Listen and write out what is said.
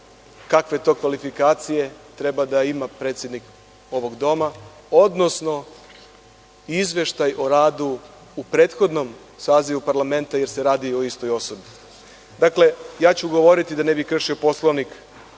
kakve to kvalifikacije treba da ima predsednik ovog doma, odnosno izveštaj o radu u prethodnom sazivu parlamenta, jer se radi o istoj osobi. Dakle, ja ću govoriti, da ne bih kršio Poslovnik,